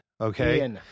okay